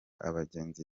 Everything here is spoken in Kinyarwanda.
abagenzi